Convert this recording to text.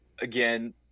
again